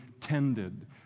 tended